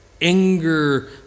anger